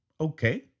Okay